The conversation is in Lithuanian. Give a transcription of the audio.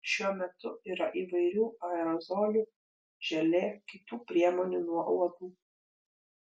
šiuo metu yra įvairių aerozolių želė kitų priemonių nuo uodų